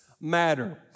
matter